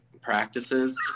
practices